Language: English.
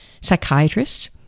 Psychiatrists